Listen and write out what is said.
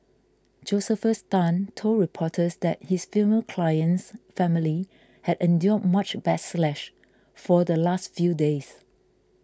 Josephus Tan told reporters that his female client's family had endured much for the last few days